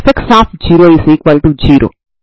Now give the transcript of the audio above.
దీన్నిమీరు Xnxsin nπb a అని పిలుస్తారు